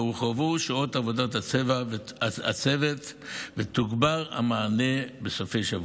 הורחבו שעות עבודת הצוות ותוגבר המענה בסופי שבוע.